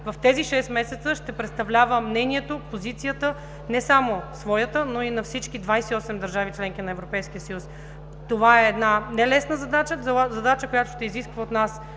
в тези шест месеца ще представлява мнението, позицията не само своята, но и на всички 28 държави – членки на Европейския съюз. Това е една нелесна задача – задача, която ще изисква от нас